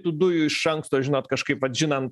tų dujų iš anksto žinot kažkaip vat žinant